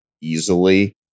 easily